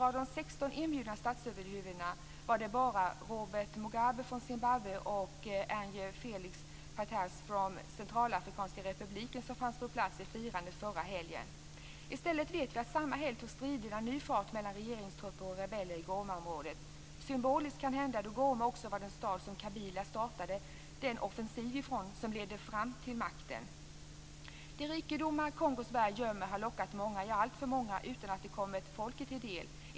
Av de 16 inbjudna statsöverhuvudena var det nämligen bara Robert Mugabe från Zimbabwe och Ange-Felix Patasse från Centralafrikanska republiken som fanns på plats vid firandet förra helgen. I stället vet vi att striderna mellan regeringstrupper och rebeller i Gomaområdet tog ny fart samma helg. Det kan hända att detta är symboliskt, då Goma också var den stad där Kabila startade den offensiv som ledde fram till makten. De rikedomar Kongos berg gömmer har lockat många, alltför många, utan att det har kommit folket till del.